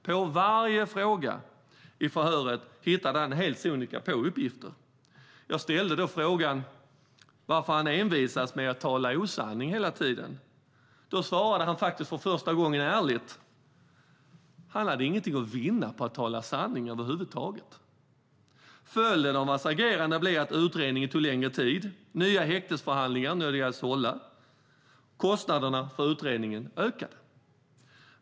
På varje fråga i förhöret hittade han helt sonika på uppgifter. Jag ställde då frågan varför han envisades med att tala osanning hela tiden. Då svarade han faktiskt för första gången ärligt att han inte hade någonting att vinna på att tala sanning över huvud taget. Följden av hans agerande blev att utredningen tog längre tid, att nya häktningsförhandlingar nödgades hållas och att kostnaderna för utredningen ökade.